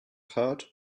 heart